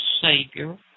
Savior